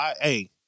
hey